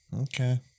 Okay